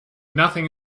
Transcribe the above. nothing